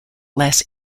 less